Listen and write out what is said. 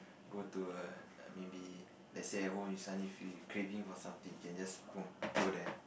go to err maybe lets say at home you suddenly feel craving for something you can just boom go there